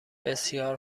بسیار